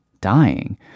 dying